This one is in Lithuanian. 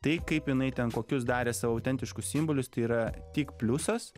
tai kaip jinai ten kokius darė savo autentiškus simbolius tai yra tik pliusas